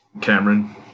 Cameron